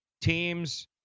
teams